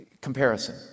Comparison